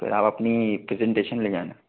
फिर आप अपनी प्रेजेंटेशन ले जाना